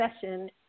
session